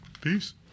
Peace